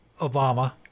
Obama